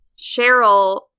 Cheryl –